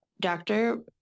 doctor